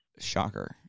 Shocker